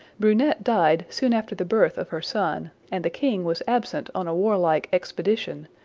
brunette died soon after the birth of her son, and the king was absent on a warlike expedition,